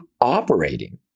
operating